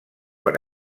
per